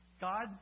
God